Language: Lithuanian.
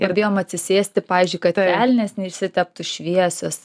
ir bijom atsisėsti pavyzdžiui kad kelnės neišsiteptų šviesios